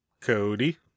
Cody